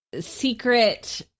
Secret